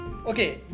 Okay